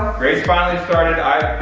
grace finally started, i